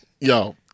Yo